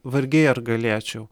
vargiai ar galėčiau